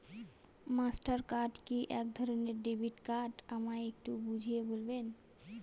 Master card কি একধরণের debit card আমায় একটু বুঝিয়ে বলবেন?